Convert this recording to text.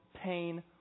pain